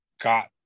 got